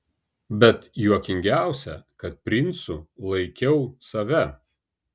bet juokingiausia kad princu laikiau save